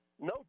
no